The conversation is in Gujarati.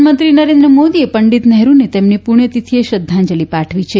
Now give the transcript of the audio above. પ્રધાનમંત્રી નરેન્દ્ર મોદીએ પંડિત નેહ્રુને તેમની પુણ્યતિથિએ શ્રદ્વાંજલિ પાઠવી છે